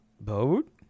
boat